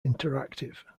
interactive